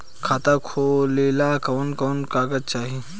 खाता खोलेला कवन कवन कागज चाहीं?